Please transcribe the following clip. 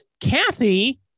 Kathy